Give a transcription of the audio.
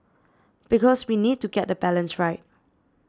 because we need to get the balance right